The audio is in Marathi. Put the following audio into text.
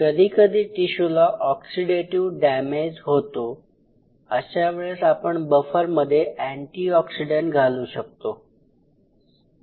कधीकधी टिशूला ऑक्सीडेटीव्ह डॅमेज होतो अशा वेळेस आपण बफरमध्ये अॅंटीऑक्सिडेंट घालू शकतो